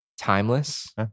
timeless